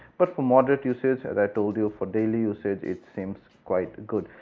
but for moderate usage as i told you for daily usage it seems quite good.